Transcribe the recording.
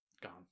gone